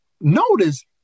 notice